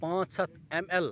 پانٛژھ ہَتھ M L